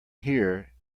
here